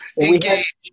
engage